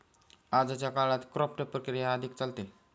आजच्या काळात क्राफ्ट प्रक्रिया अधिक चालते